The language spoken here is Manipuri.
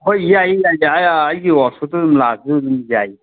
ꯍꯣꯏ ꯌꯥꯏ ꯌꯥꯏ ꯌꯥꯏ ꯑꯩꯒꯤ ꯋꯥꯛꯁꯣꯞꯇ ꯑꯗꯨꯝ ꯂꯥꯛꯄꯁꯨ ꯑꯗꯨꯝ ꯌꯥꯏꯌꯦ